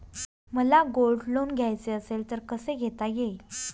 मला gold loan घ्यायचे असेल तर कसे घेता येईल?